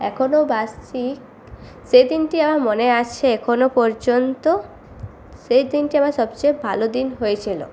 এখনও বাসছি সেই দিনটি আমার মনে আসছে এখনও পর্যন্ত সেই দিনটি আমার সবচেয়ে ভালো দিন হয়েছিল